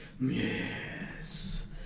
Yes